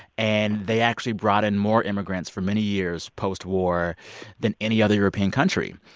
and they actually brought in more immigrants for many years postwar than any other european country.